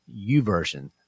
uversion